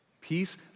peace